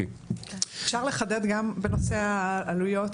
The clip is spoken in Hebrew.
אפשר לחדד גם בנושא העלויות?